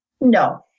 No